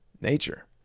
nature